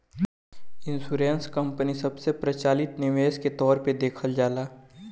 insurance company सबसे प्रचलित निवेश के तौर पर देखल जाला